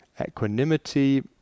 Equanimity